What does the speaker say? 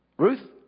Ruth